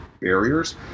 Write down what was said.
barriers